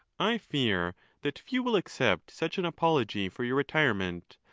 i fear that few will accept such an apology for your retirement,